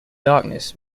darkness